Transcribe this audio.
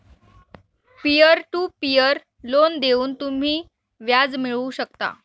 peer to peer loan देऊन तुम्ही व्याज मिळवू शकता